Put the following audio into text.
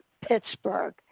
Pittsburgh